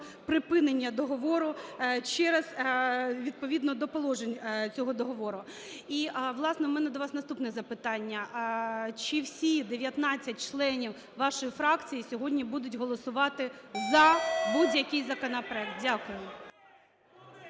припинення договору через… відповідно до положень цього договору. І, власне, у мене до вас наступне запитання. Чи всі 19 членів вашої фракції сьогодні будуть голосувати за будь-який законопроект? Дякую.